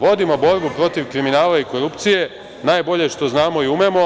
Vodimo borbu protiv kriminala i korupcije, najbolje što znamo i umemo.